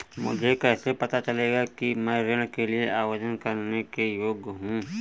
मुझे कैसे पता चलेगा कि मैं ऋण के लिए आवेदन करने के योग्य हूँ?